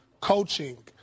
coaching